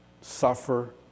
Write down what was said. suffer